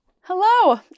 Hello